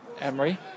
Emery